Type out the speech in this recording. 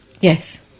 Yes